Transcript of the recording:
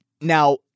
Now